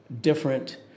different